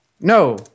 No